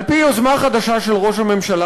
על-פי יוזמה חדשה של ראש הממשלה,